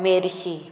मेर्शी